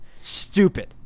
Stupid